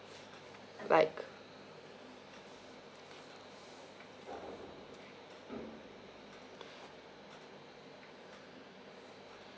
like